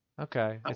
Okay